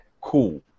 Cool